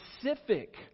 specific